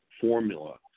formula